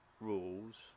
rules